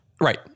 right